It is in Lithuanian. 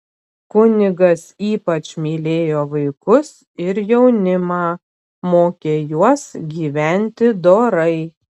kunigas ypač mylėjo vaikus ir jaunimą mokė juos gyventi dorai